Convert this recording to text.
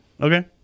Okay